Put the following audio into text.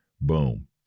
boom